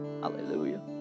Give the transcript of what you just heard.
Hallelujah